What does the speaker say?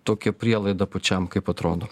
tokia prielaida pačiam kaip atrodo